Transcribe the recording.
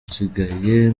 nsigaye